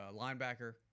linebacker